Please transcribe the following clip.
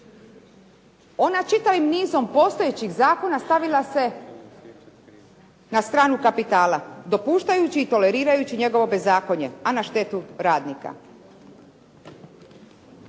Ona čitavom nizom postojećih zakona stavila se na stranu kapitala dopuštajući i tolerirajući njegovo bezakonje, a na štetu radnika.